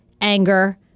anger